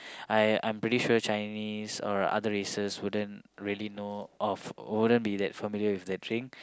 I I'm pretty sure Chinese or other races wouldn't really know of wouldn't be that familiar with the drink